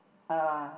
ah